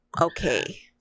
okay